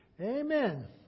Amen